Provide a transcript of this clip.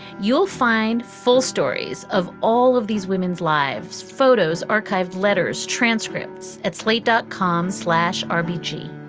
you'll find full stories of all of these women's lives, photos, archived letters, transcripts at slate, dot com slash rpg.